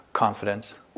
Confidence